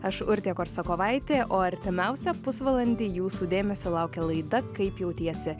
aš urtė korsakovaitė o artimiausią pusvalandį jūsų dėmesio laukia laida kaip jautiesi